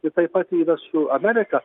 taip pat yra su amerika